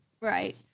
Right